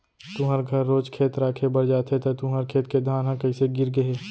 तुँहर घर रोज खेत राखे बर जाथे त तुँहर खेत के धान ह कइसे गिर गे हे?